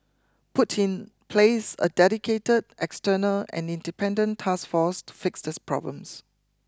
put in place a dedicated external and independent task force to fix these problems